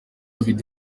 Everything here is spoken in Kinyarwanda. video